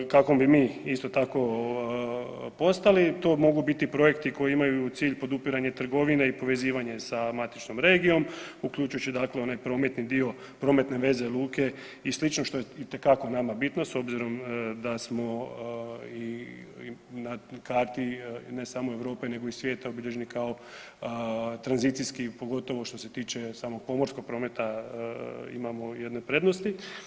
Kako bi isto tako postali to mogu biti projekti koji imaju cilj podupiranje trgovine i povezivanje sa matičnom regijom uključujući dakle onaj prometni dio, prometne veze luke i slično što je itekako nama bitno s obzirom da smo i na karti ne samo Europe nego i svijeta obilježeni kao tranzicijski pogotovo što se tiče samog pomorskog prometa imamo jedne prednosti.